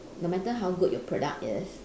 no matter how good your product is